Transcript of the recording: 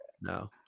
no